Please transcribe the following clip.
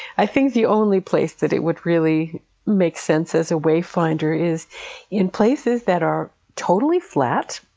i think the only place that it would really makes sense as a way-finder is in places that are totally flat,